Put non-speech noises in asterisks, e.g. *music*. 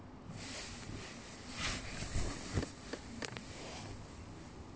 *noise*